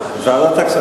הבעיה.